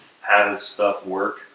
how-does-stuff-work